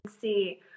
see